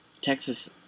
Texas